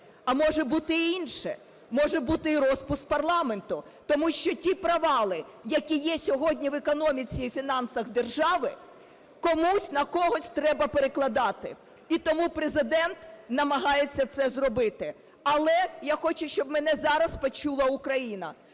А може бути й інше, може бути і розпуск парламенту, тому що ті провали, які є сьогодні в економіці і фінансах держави, комусь на когось треба перекладати. І тому Президент намагається це зробити. Але я хочу, щоб мене зараз почула Україна.